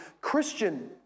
Christian